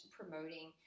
promoting